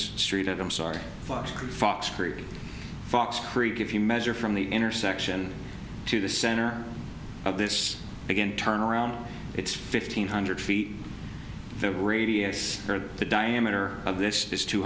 street i'm sorry fox free fox creek if you measure from the intersection to the center of this begin turn around it's fifteen hundred feet that radiates the diameter of this is two